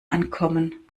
ankommen